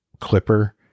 Clipper